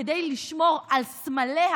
כדי לשמור על סמליה